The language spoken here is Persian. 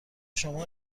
شما